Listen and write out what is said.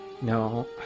no